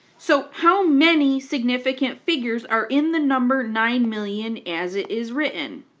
so how many significant figures are in the number nine million as it is written?